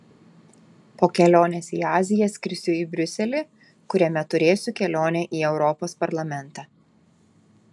po kelionės į aziją skrisiu į briuselį kuriame turėsiu kelionę į europos parlamentą